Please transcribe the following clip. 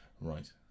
Right